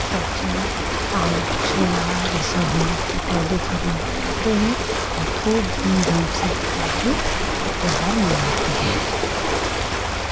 सब्ज़ी और छोला यह सब हम लोग दीपावली के दिन बनाते हैं और खूब धूम धाम से दीपावली त्योहार मनाते हैं